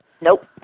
Nope